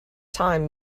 time